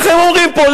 ככה הם אומרים פה,